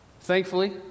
Thankfully